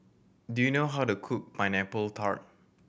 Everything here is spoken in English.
do you know how to cook Pineapple Tart